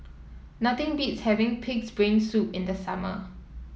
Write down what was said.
nothing beats having pig's brain soup in the summer